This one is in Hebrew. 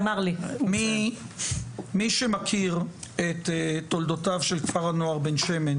מי שמכיר את תולדותיו של כפר הנוער בן שמן